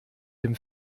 dem